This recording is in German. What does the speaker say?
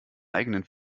eigenen